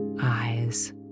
eyes